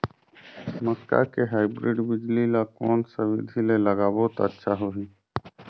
मक्का के हाईब्रिड बिजली ल कोन सा बिधी ले लगाबो त अच्छा होहि?